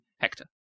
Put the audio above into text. hector